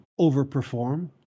overperform